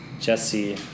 Jesse